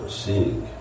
seeing